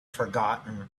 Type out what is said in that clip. forgotten